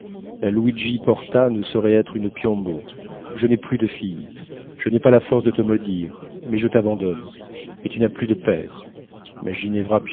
la luigi porta ne saurait être une piombo je n'ai plus de fille je n'ai pas la force de te maudire mais je t'abandonne et tu n'as plus de père